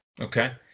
Okay